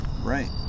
right